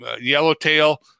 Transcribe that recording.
yellowtail